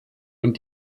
und